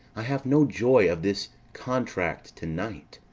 i have no joy of this contract to-night.